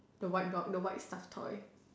the white dog the white stuff toy